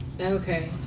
okay